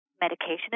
medication